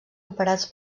operats